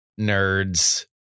nerds